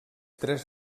tres